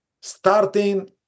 starting